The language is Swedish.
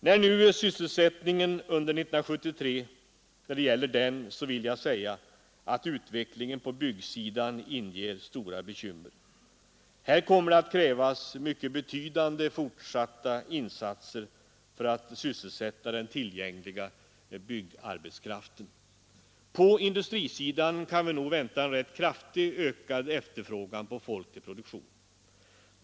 När det gäller sysselsättningen under 1973 vill jag säga att utvecklingen på byggsidan inger stora bekymmer. Här kommer att krävas mycket betydande fortsatta insatser för att sysselsätta den tillgängliga byggarbetskraften. På industrisidan kan vi nog vänta en rätt kraftigt ökad efterfrågan på folk till produktionen.